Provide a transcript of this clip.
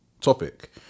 topic